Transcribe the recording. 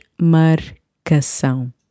marcação